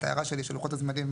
את ההערה שלי של לוחות הזמנים.